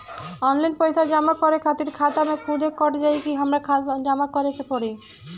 Online पैसा जमा करे खातिर खाता से खुदे कट जाई कि हमरा जमा करें के पड़ी?